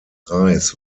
reis